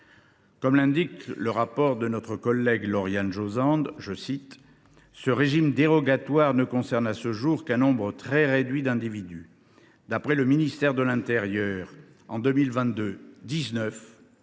Comme l’a indiqué dans son rapport notre collègue Lauriane Josende, « ce régime dérogatoire ne concerne à ce jour qu’un nombre très réduit d’individus :